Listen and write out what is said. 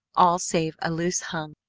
all save a loose-hung,